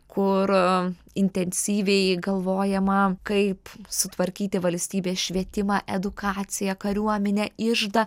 kur intensyviai galvojama kaip sutvarkyti valstybės švietimą edukaciją kariuomenę iždą